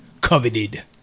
coveted